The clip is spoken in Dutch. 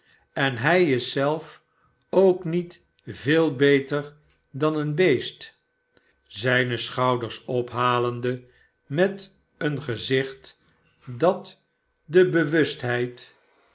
en hij is zelf ook niet veel beter dan een beest zijne schouders ophalende met een gezicht dat de